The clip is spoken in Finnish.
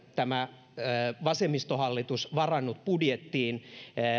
tämä vasemmistohallitus varannut budjettiin